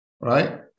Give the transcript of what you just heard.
right